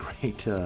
great